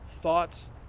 thoughts